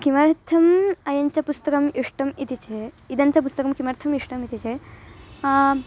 किमर्थम् अयञ्च पुस्तकम् इष्टम् इति चेत् इदञ्च पुस्तकं किमर्थम् इष्टम् इति चेत्